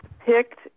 Picked